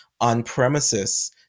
on-premises